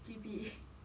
G_P_A